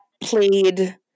played